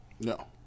No